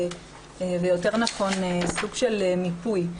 ויותר נכון סוג של מיפוי,